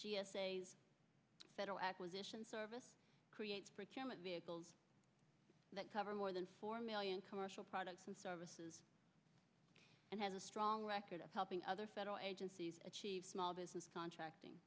businesses federal acquisition service creates vehicles that cover more than four million commercial products and services and has a strong record of helping other federal agencies achieve small business contracting